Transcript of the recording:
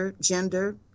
gender